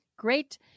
Great